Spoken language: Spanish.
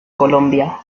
colombia